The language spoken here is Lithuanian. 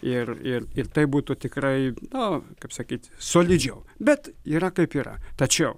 ir ir ir tai būtų tikrai na o kaip sakyt solidžiau bet yra kaip yra tačiau